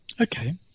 Okay